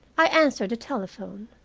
i answered the telephone.